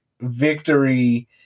victory